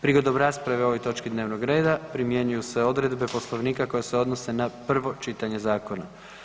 Prigodom rasprave o ovoj točki dnevnog reda primjenjuju se odredbe Poslovnika koje se odnose na prvo čitanje zakona.